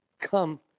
come